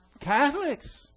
Catholics